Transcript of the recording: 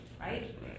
right